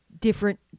different